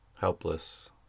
helpless